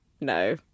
No